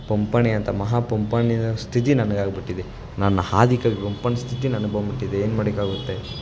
ಪಂಪ ಅಂಥ ಮಹಾ ಪಂಪನ ಸ್ಥಿತಿ ನನಗಾಗಿಬಿಟ್ಟಿದೆ ನನ್ನ ಆದಿಕವಿ ಪಂಪನ ಸ್ಥಿತಿ ನನಗೆ ಬಂದ್ಬಿಟ್ಟಿದೆ ಏನು ಮಾಡಲಿಕ್ಕಾಗುತ್ತೆ